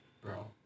Bro